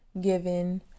given